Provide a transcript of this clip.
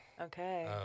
Okay